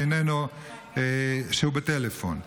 שהוא בטלפון.